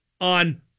on